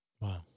Wow